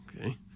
Okay